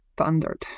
standard